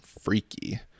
Freaky